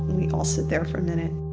we all sit there for a minute.